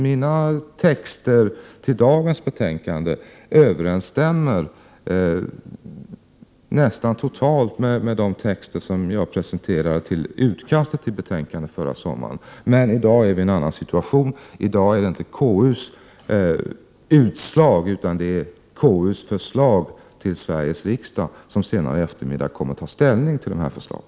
Mina texter till dagens betänkande överensstämmer nästan totalt med de texter jag presenterade till utkastet till betänkandet förra sommaren. Men i dag befinner vi oss i en annan situation. I dag är det inte KU:s utslag som gäller, utan det är KU:s förslag till Sveriges riksdag, som senare i eftermiddag kommer att ta ställning till dessa förslag.